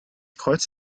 kreuz